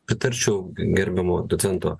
pritarčiau gerbiamo docento